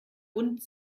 hund